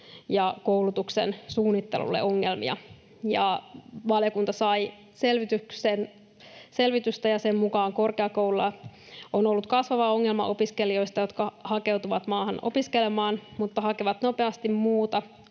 ja koulutuksen suunnittelulle ongelmia. Valiokunta sai selvitystä, ja sen mukaan korkeakouluilla on ollut kasvava ongelma opiskelijoista, jotka hakeutuvat maahan opiskelemaan mutta hakevat nopeasti muuta,